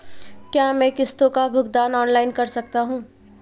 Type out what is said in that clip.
क्या मैं किश्तों का भुगतान ऑनलाइन कर सकता हूँ?